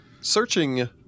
Searching